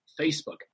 Facebook